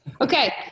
Okay